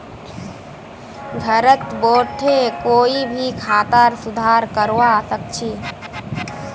घरत बोठे कोई भी खातार सुधार करवा सख छि